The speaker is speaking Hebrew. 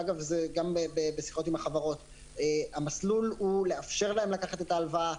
ואגב זה גם בשיחות עם החברות המסלול הוא לאפשר להן לקחת את ההלוואה,